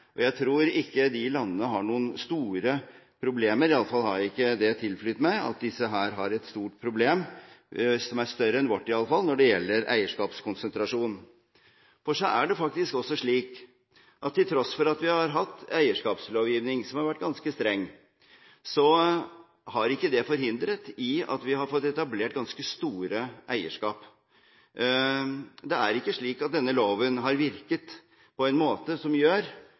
det. Jeg tror ikke at de landene har noen store problemer, i alle fall har det ikke tilflytt meg at disse har et problem som er større enn vårt, i alle fall, når det gjelder eierskapskonsentrasjon. Det er faktisk slik at til tross for at vi har hatt eierskapslovgivning som har vært ganske streng, har ikke det forhindret at vi har fått etablert ganske store eierskap. Det er ikke slik at denne loven har virket på en måte som